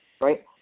right